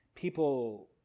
People